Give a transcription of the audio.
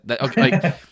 okay